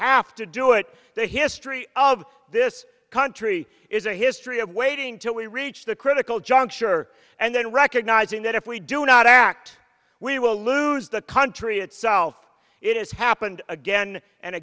have to do it the history of this country is a history of waiting till we reach the critical juncture and then recognizing that if we do not act we will lose the country itself it has happened again and